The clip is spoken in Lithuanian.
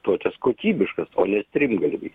tokias kokybiškas o ne strimgalviais